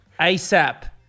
ASAP